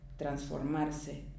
transformarse